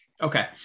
Okay